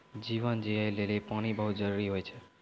जीवन जियै लेलि पानी बहुत जरूरी होय छै?